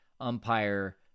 umpire